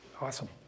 awesome